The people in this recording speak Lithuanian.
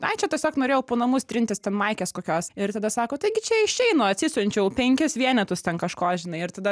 ai čia tiesiog norėjau po namus trintis ten maikės kokios ir tada sako taigi čia iš šeino atsisiunčiau penkis vienetus ten kažko žinai ir tada